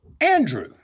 Andrew